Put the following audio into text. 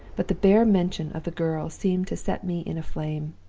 but the bare mention of the girl seemed to set me in a flame.